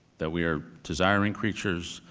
that we are desiring creatures,